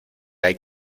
hay